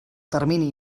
termini